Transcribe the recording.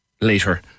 later